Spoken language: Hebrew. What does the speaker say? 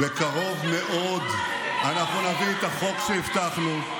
בקרוב מאוד אנחנו נביא את החוק שהבטחנו,